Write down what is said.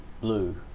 blue